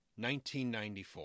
1994